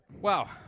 Wow